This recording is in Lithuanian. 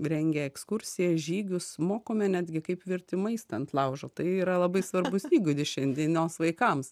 rengia ekskursijas žygius mokome netgi kaip virti maistą ant laužo tai yra labai svarbus įgūdis šiandienos vaikams